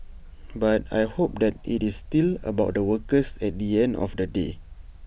but I hope that IT is still about the workers at the end of the day